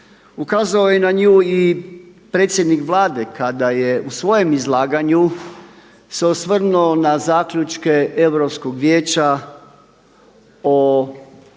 Ukazao je na nju i predsjednik Vlade kada je u svojem izlaganju se osvrnuo na zaključke Europskog vijeća o